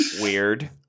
Weird